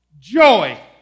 Joy